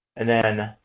and then,